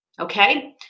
okay